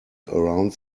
around